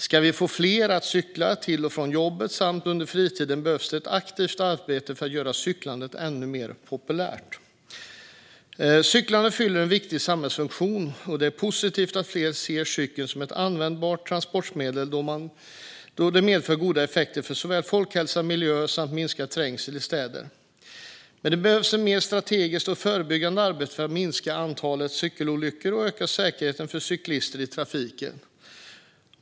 Ska vi få fler att cykla till och från jobbet samt under fritiden behövs det ett aktivt arbete för att göra cyklandet ännu mer populärt. Cyklandet fyller en viktig samhällsfunktion, och det är positivt att fler ser cykeln som ett användbart transportmedel då det medför goda effekter för såväl folkhälsan som miljön och minskar trängseln i städerna. Men det behövs mer strategiskt och förebyggande arbete för att minska antalet cykelolyckor och öka säkerheten för cyklister i trafiken.